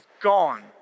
gone